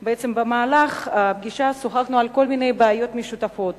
במהלך הפגישה שוחחנו על כל מיני בעיות משותפות